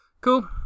Cool